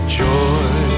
joy